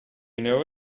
know